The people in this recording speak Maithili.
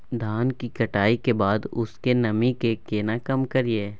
धान की कटाई के बाद उसके नमी के केना कम करियै?